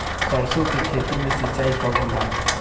सरसों की खेती के सिंचाई कब होला?